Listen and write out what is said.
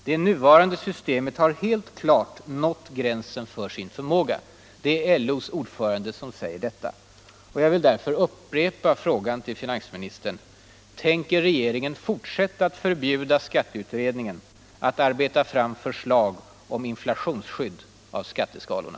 Det nuvarande systemet har helt klart nått gränsen för sin förmåga.” Det är LO:s ordförande som säger detta. Jag vill upprepa frågan till finansministern: Tänker regeringen fortsätta att förbjuda skatteutredningen att arbeta fram förslag om inflationsskydd av skatteskalorna?